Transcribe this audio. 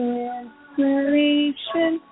inspiration